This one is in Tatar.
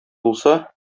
булса